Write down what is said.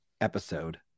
episode